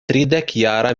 tridekjara